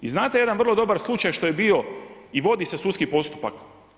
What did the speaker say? I znate jedan vrlo dobar slučaj što je bio i vodi se sudski postupak.